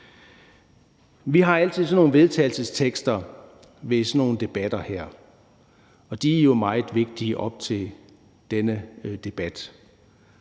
Vi har altid sådan nogle vedtagelsestekster ved sådan nogle debatter her, og de er jo meget vigtige op til denne debat.